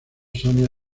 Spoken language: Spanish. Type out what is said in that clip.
sonia